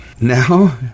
Now